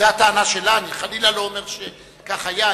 זו הטענה שלה, ואני, חלילה, לא אומר שכך היה.